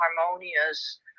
harmonious